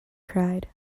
cried